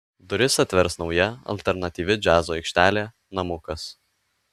duris atvers nauja alternatyvi džiazo aikštelė namukas